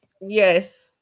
yes